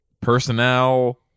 personnel